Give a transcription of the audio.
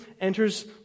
enters